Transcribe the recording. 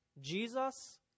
Jesus